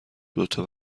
دوتا